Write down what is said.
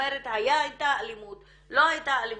אומרת שהייתה אלימות או לא הייתה אלימות,